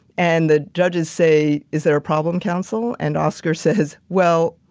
and the judges say, is there a problem counsel? and oscar says, well,